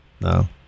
No